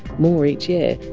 more each year.